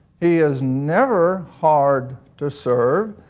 he is never hard to serve,